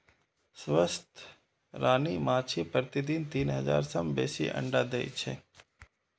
स्वस्थ रानी माछी प्रतिदिन तीन हजार सं बेसी अंडा दै छै